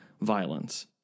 violence